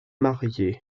mariée